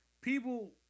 people